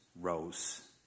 rose